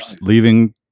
leaving